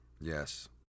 Yes